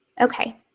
Okay